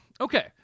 Okay